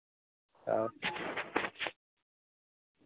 आउ